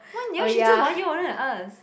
one year she just one year older than us